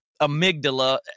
amygdala